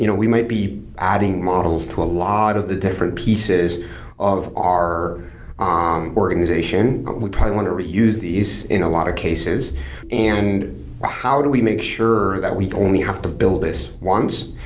you know we might be adding models to a lot of the different pieces of our um organization. but we probably want to reuse these in a lot of cases and how do we make sure that we only have to build this once,